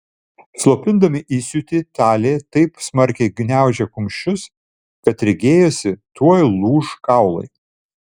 slopindama įsiūtį talė taip smarkiai gniaužė kumščius kad regėjosi tuoj lūš kaulai